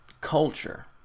culture